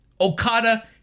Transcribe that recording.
Okada